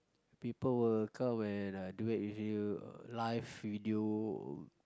people will come and uh duet with you live video